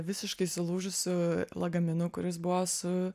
visiškai sulūžusiu lagaminu kuris buvo su